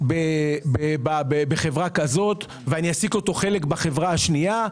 בחברה הזו וחלק בחברה השנייה.